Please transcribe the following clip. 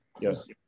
Yes